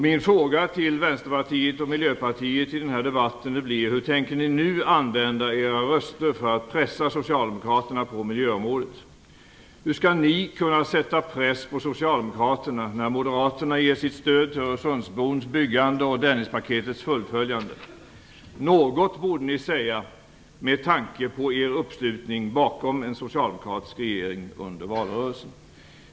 Min fråga till Vänsterpartiet och Miljöpartiet i denna debatt blir: Tänker ni nu använda era röster för att pressa Socialdemokraterna på miljöområdet? Hur skall ni kunna sätta press på Socialdemokraterna när Moderaterna ger sitt stöd till Öresundsbrons byggande och Dennispaketets fullföljande? Något borde ni säga med tanke på er uppslutning bakom en socialdemokratisk regering under valrörelsen.